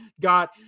got